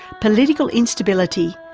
political instability,